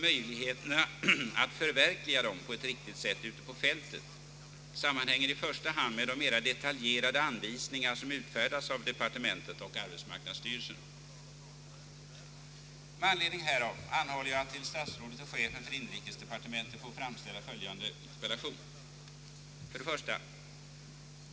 Möjligheterna att förverkliga dem på ett riktigt sätt ute på fältet sammanhänger i första hand med de mera detaljerade anvisningar som utfärdas av departementet och arbetsmarknadsstyrelsen. 1.